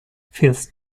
feels